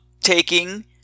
taking